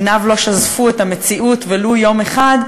עיניו לא שזפו את המציאות ולו יום אחד,